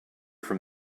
from